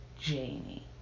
Jamie